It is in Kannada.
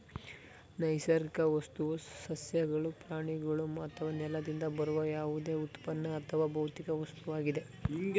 ನೈಸರ್ಗಿಕ ವಸ್ತುವು ಸಸ್ಯಗಳು ಪ್ರಾಣಿಗಳು ಅಥವಾ ನೆಲದಿಂದ ಬರುವ ಯಾವುದೇ ಉತ್ಪನ್ನ ಅಥವಾ ಭೌತಿಕ ವಸ್ತುವಾಗಿದೆ